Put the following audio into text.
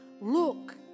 Look